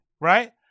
right